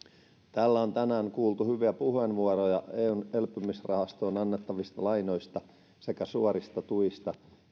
täällä on tänään kuultu hyviä puheenvuoroja eun elpymisrahastoon annettavista lainoista sekä suorista tuista